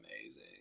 amazing